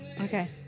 Okay